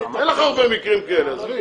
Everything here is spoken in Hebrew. אין לך הרבה מקרים כאלה, עזבי.